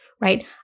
right